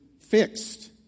fixed